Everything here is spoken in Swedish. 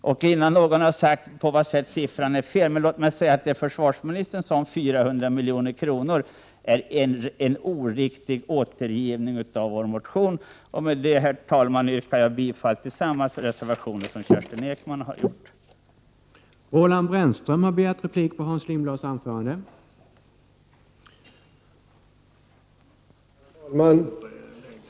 Och innan någon har sagt på vad sätt siffran är fel —låt mig säga att det som försvarsministern sade om 400 milj.kr. är en oriktig återgivning av vad som står i vår motion. Med detta, herr talman, yrkar jag bifall till samma reservationer som Kerstin Ekman har yrkat bifall till.